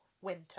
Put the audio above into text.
Winter